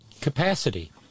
Capacity